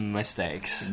mistakes